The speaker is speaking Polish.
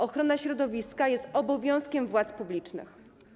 Ochrona środowiska jest obowiązkiem władz publicznych.